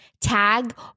tag